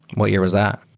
what year was that?